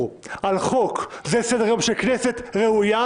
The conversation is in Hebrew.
על חוק זה סדר היום של כנסת ראויה?